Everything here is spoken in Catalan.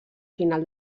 final